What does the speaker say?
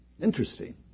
Interesting